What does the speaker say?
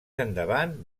endavant